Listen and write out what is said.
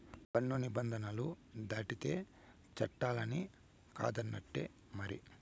పన్ను నిబంధనలు దాటితే చట్టాలన్ని కాదన్నట్టే మరి